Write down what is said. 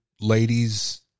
ladies